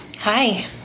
Hi